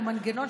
המנגנון.